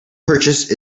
purchase